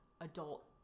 adult